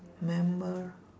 memo~